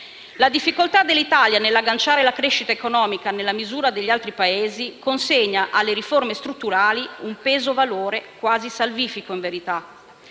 La difficoltà dell'Italia nell'agganciare la crescita economica nella misura degli altri Paesi consegna alle riforme strutturali un peso-valore in verità